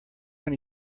many